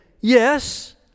yes